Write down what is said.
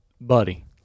Buddy